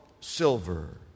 silver